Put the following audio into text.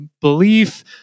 belief